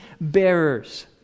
bearers